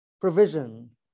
provision